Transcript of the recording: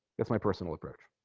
that's my personal approach